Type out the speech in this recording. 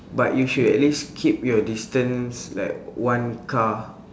but you should at least keep your distance like one car